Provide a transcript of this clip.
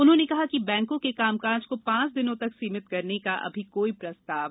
उन्होंने कहा कि बैंको के कामकाज को पांच दिनों तक सीमित करने का अभी कोई प्रस्ताव नहीं है